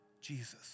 Jesus